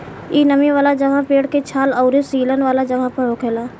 इ नमी वाला जगह, पेड़ के छाल अउरी सीलन वाला जगह पर होखेला